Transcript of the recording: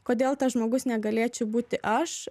kodėl tas žmogus negalėčiau būti aš